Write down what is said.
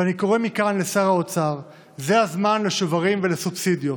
ואני קורא מכאן לשר האוצר: זה הזמן לשוברים ולסובסידיות.